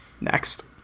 Next